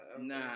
nah